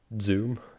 Zoom